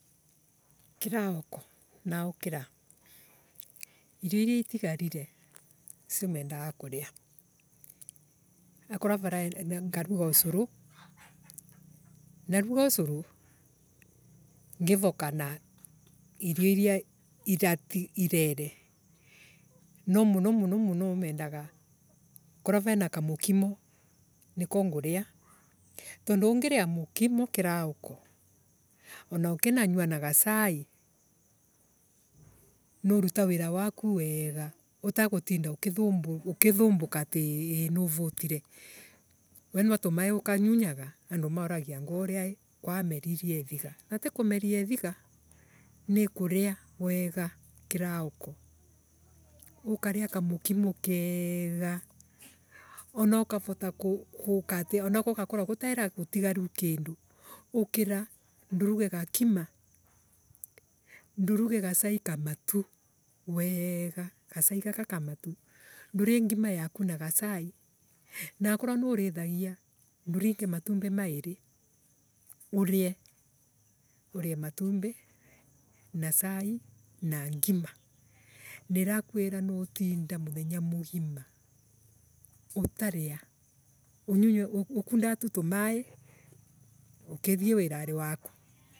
Kirauko naukira irio iria itigarire nicio menolaga kuria akorwo varae Ngaruga ucuru naruga ucuru ngiroka na irio iria irati irere. No muno muno muno mendaga akorwo vena kamurkini niko nguria. Tondu ungiria mukimo kirauko ona ukinanywa na gacai nuuruta wira waku wega. utagutinda ukithumbuka atii nuu vutira. We nwa tumaii ukanyunyaga. andu mauragie angwe uria ii ka amerie ithiga na tikumeria ithiga. ni kuria wega kirauka ukaria kamukimo keega wana ukavuta ku- ikati ana gugakorwo gutena gutigaru kindu ukira nduruge gakima. Nduruge gacai kamatu weega. Gacai gaka kamatu. Ndurie ngima yaku na gacaii. Na akonwo ni urithogia nduringe matumbi maiire urie. urie matumbii a cai na ngima. Nirakwira niutinda muthenya mugima utaria ukundaga tutumaii ukithie wirarii waku.